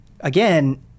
again